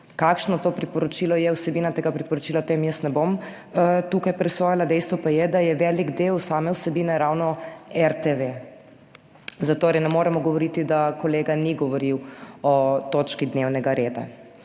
Kakšno to priporočilo je vsebina tega priporočila, o tem jaz ne bom tukaj presojala, dejstvo pa je, da je velik del same vsebine ravno RTV, zatorej ne moremo govoriti, da kolega ni govoril o točki dnevnega reda.